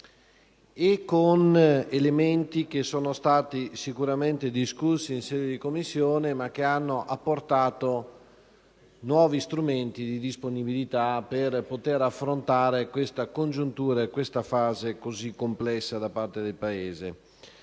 e con elementi sicuramente discussi in Commissione ma che hanno apportato nuovi strumenti di disponibilità per poter affrontare questa congiuntura e questa fase così complessa da parte del Paese.